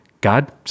God